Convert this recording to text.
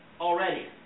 already